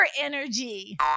energy